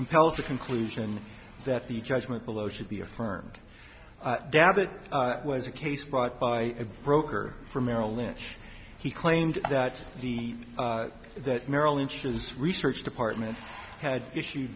compel to conclusion that the judgment below should be affirmed dab it was a case brought by a broker for merrill lynch he claimed that the that merrill lynch is research department had issued